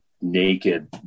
naked